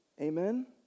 Amen